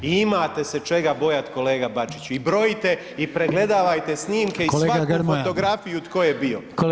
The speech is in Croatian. I imate se čega bojati kolega Bačiću i brojite i pregledavajte snimke i svaku fotografiju tko je bio.